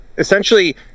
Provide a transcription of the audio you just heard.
essentially